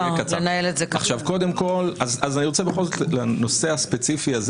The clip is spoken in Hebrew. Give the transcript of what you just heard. אני רוצה בכל זאת להתייחס לנושא הספציפי הזה